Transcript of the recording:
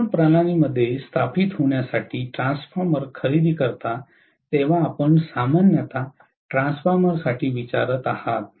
वितरण प्रणालीमध्ये स्थापित होण्यासाठी ट्रान्सफॉर्मर खरेदी करता तेव्हा आपण सामान्यत ट्रान्सफॉर्मरसाठी विचारत आहात